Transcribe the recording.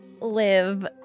live